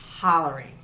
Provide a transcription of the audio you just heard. Hollering